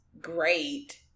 great